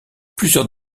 plusieurs